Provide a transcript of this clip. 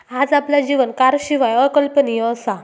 आज आपला जीवन कारशिवाय अकल्पनीय असा